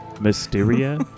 Mysteria